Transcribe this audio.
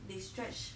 they stretch